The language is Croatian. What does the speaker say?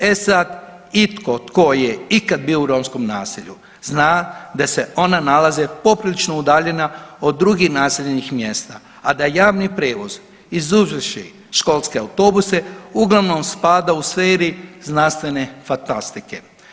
E sad, itko tko je ikad bio u romskom naselju, zna da se ona nalaze poprilično udaljena od drugih naseljenih mjesta, a da javni prijevoz izuzevši školske autobuse uglavnom spada u sferi znanstvene fatastike.